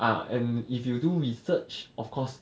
ah and if you do research of course